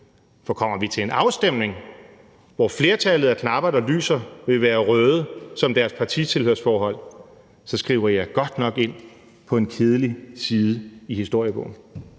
For kommer vi til en afstemning, hvor flertallet af de knapper, der lyser, vil være røde som flertallets partitilhørsforhold, skriver jeg godt nok ind på en kedelig side i historiebogen.